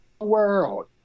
world